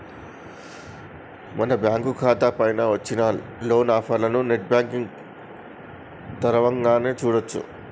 మన బ్యాంకు ఖాతా పైన వచ్చిన లోన్ ఆఫర్లను నెట్ బ్యాంకింగ్ తరవంగానే చూడొచ్చు